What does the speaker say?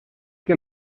que